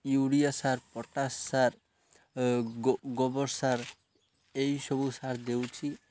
urea ସାର potash ସାର ଗୋବର ସାର ଏଇସବୁ ସାର ଦେଉଛି